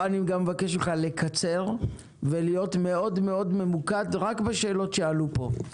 אני גם מבקש ממך לקצר ולהיות מאוד מאוד ממוקד רק בשאלות שעלו פה,